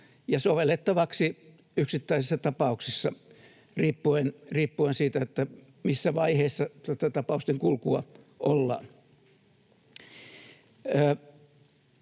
ja sovellettavaksi yksittäisissä tapauksissa, riippuen siitä, missä vaiheessa tapausten kulkua ollaan.